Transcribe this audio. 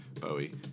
Bowie